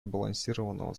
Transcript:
сбалансированного